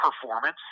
performance